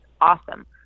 Awesome